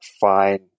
fine